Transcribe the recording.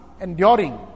enduring